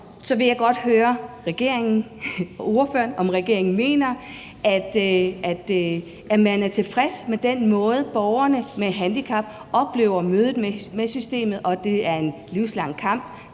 vil jeg godt høre regeringen og ordføreren, om regeringen mener, at man er tilfreds med den måde, borgerne med handicap oplever mødet med systemet på, og at det er en livslang kamp,